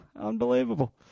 unbelievable